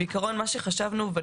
חשבנו,